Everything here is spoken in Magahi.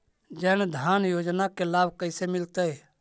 जन धान योजना के लाभ कैसे मिलतै?